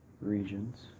regions